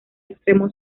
extremo